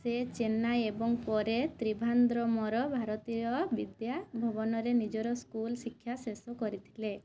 ସେ ଚେନ୍ନାଇ ଏବଂ ପରେ ତ୍ରିଭାନ୍ଦ୍ରମର ଭାରତୀୟ ବିଦ୍ୟା ଭବନରେ ନିଜର ସ୍କୁଲ ଶିକ୍ଷା ଶେଷ କରିଥିଲେ